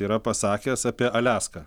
yra pasakęs apie aliaską